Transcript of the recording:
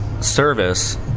service